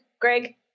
Greg